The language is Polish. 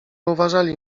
uważali